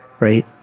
right